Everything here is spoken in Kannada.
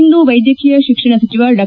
ಇಂದು ವೈದ್ಯಕೀಯ ಶಿಕ್ಷಣ ಸಚಿವ ಡಾ